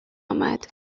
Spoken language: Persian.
امد